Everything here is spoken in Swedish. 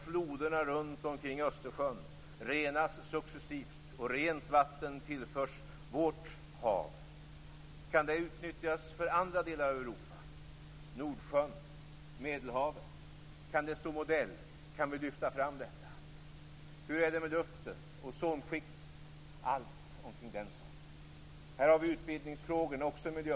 Floderna runt omkring Östersjön renas successivt, och rent vatten tillförs vårt hav. Kan detta utnyttjas för andra delar av Europa, för Nordsjön och för Medelhavet? Kan det stå modell? Kan vi lyfta fram det? Hur är det med luften, ozonskiktet och allt som gäller de frågorna? Utvidgningsfrågorna gäller också miljön.